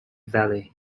valley